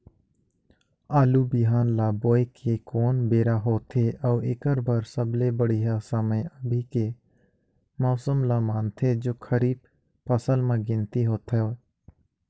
आलू बिहान ल बोये के कोन बेरा होथे अउ एकर बर सबले बढ़िया समय अभी के मौसम ल मानथें जो खरीफ फसल म गिनती होथै?